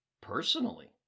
Personally